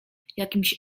jakimś